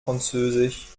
französisch